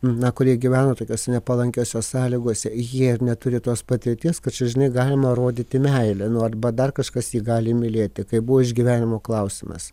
na kurie gyveno tokiose nepalankiose sąlygose jie neturi tos patirties kad čia žinai galima rodyt meilę nu arba dar kažkas jį gali mylėti kaip buvo išgyvenimo klausimas